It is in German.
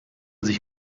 sich